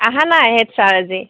আহা নাই head sir আজি